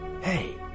Hey